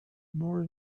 more